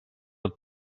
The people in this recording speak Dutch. dat